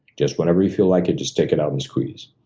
just whenever you feel like it, just take it out and squeeze.